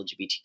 LGBTQ